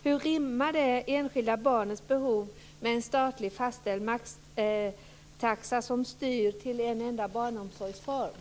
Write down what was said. Hur rimmar det enskilda barnets behov med en statligt fastställd maxtaxa som styr till en enda barnomsorgsform?